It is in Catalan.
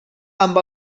amb